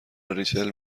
ریچل